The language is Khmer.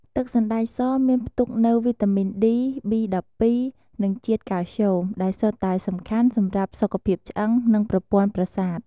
ទឹកសណ្តែកសមានផ្ទុកនូវវីតាមីន D, B12 និងជាតិកាល់ស្យូម ដែលសុទ្ធតែសំខាន់សម្រាប់សុខភាពឆ្អឹង និងប្រព័ន្ធប្រសាទ។